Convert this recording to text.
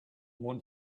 one